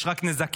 יש רק נזקים,